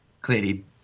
clearly